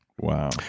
Wow